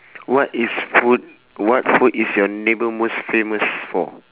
what is food what food is your neighbour famous for